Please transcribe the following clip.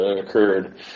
occurred